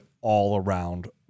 all-around